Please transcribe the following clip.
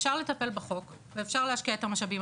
אפשר לטפל בחוק ואפשר להשקיע את המשאבים.